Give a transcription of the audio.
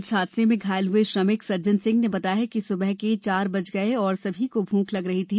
इस हादसे में घायल ह्ए श्रमिक सज्जन सिंह ने बताया कि सुबह के चार बज गए और सभी को भूख लग रही थी